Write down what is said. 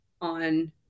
on